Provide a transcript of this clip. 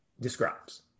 describes